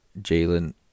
Jalen